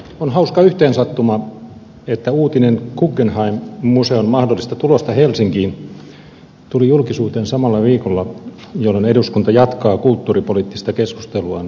on hauska yhteensattuma että uutinen guggenheim museon mahdollisesta tulosta helsinkiin tuli julkisuuteen samalla viikolla jolloin eduskunta jatkaa kulttuuripoliittista keskusteluaan täysistunnossa